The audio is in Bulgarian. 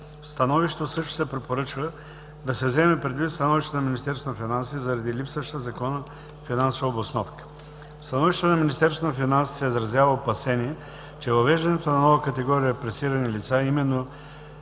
становището също се препоръчва да се вземе предвид становището на Министерство на финансите, заради липсващата в Законопроекта финансова обосновка. В становището на Министерство на финансите се изразява опасение, че въвеждането на нова категория репресирани лица,